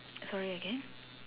sorry again